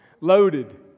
loaded